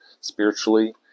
spiritually